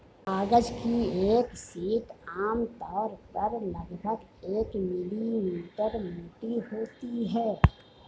कागज की एक शीट आमतौर पर लगभग एक मिलीमीटर मोटी होती है